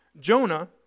Jonah